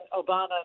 Obama